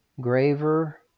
graver